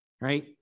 right